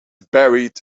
buried